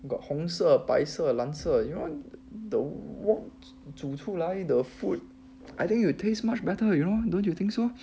got 红色白色蓝色 you know the wok 煮出来 the food I think it will taste much better you know don't you think so